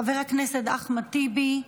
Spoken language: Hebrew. חבר הכנסת אחמד טיבי,